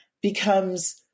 becomes